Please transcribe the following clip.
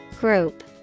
Group